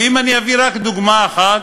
ואם אני אביא רק דוגמה אחת,